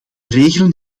regelen